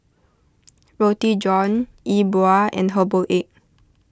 Roti John E Bua and Herbal Egg